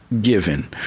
given